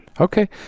Okay